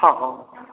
हँ हँ